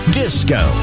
disco